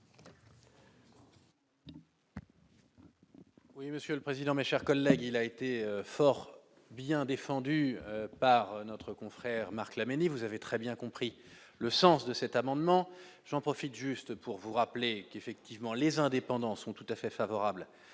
Oui, monsieur le président, mes chers collègues, il a été fort bien défendu par notre confrère Marc Laménie, vous avez très bien compris le sens de cet amendement, j'en profite, juste pour vous rappeler qu'effectivement les indépendants sont tout à fait favorable